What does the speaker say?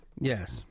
Yes